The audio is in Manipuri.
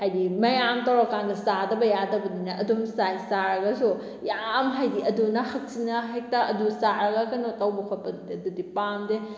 ꯍꯩꯏꯗꯤ ꯃꯌꯥꯝ ꯇꯧꯔꯀꯥꯟꯗ ꯆꯥꯗꯕ ꯌꯥꯗꯕꯅꯤꯅ ꯑꯗꯨꯝ ꯆꯥꯏ ꯆꯥꯔꯒꯁꯨ ꯌꯥꯝ ꯍꯥꯏꯗꯤ ꯑꯗꯨꯅ ꯍꯛꯆꯤꯟꯅ ꯍꯦꯛꯇ ꯑꯗꯨ ꯆꯥꯔꯒ ꯀꯩꯅꯣ ꯇꯧꯕ ꯈꯣꯠꯄꯗꯨꯗꯤ ꯑꯗꯨꯗꯤ ꯄꯥꯝꯗꯦ